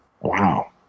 Wow